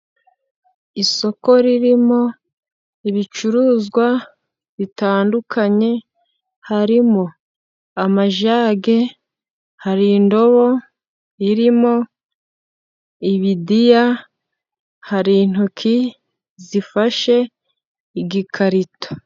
Isoko ririmo ibicuruzwa bitandukanye harimo: amajage, hari indobo irimo ibidiya, hari intoki zifashe igikarito.